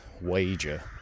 wager